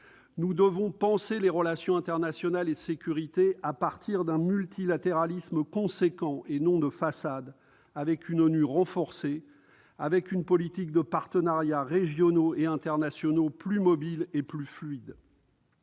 Nous devons penser les relations internationales et de sécurité à partir d'un multilatéralisme conséquent, et non de façade, avec une ONU renforcée, avec une politique de partenariats régionaux et internationaux plus mobiles et plus fluides.